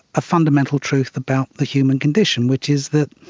a fundamental truth about the human condition, which is that